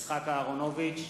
יצחק אהרונוביץ,